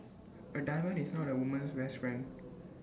A diamond is not A woman's best friend